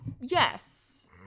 Yes